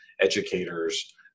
educators